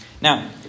Now